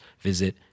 visit